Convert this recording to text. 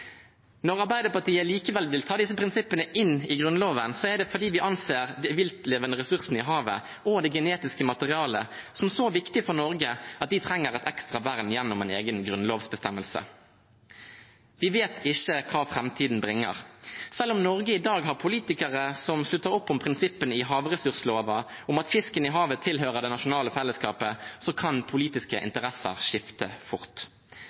Når Arbeiderpartiet likevel vil ta disse prinsippene inn i Grunnloven, er det fordi vi anser de viltlevende ressursene i havet og det genetiske materialet som så viktig for Norge at de trenger et ekstra vern gjennom en egen grunnlovsbestemmelse. Vi vet ikke hva framtiden bringer. Selv om Norge i dag har politikere som slutter opp om prinsippene i havressurslova om at fisken i havet tilhører det nasjonale fellesskapet, kan politiske interesser skifte fort.